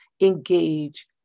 engage